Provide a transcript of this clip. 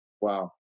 Wow